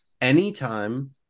Anytime